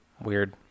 Weird